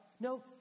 No